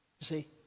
see